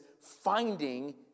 finding